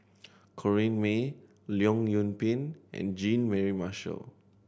Corrinne May Leong Yoon Pin and Jean Mary Marshall